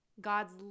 God's